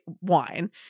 wine